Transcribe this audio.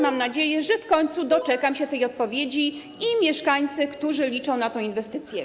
Mam nadzieję, że w końcu doczekam się tej odpowiedzi, jak również mieszkańcy, którzy liczą na tę inwestycję.